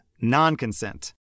non-consent